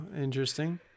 interesting